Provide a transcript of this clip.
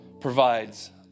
provides